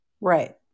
Right